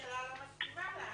אבל זו פסקה שהממשלה לא מסכימה לה.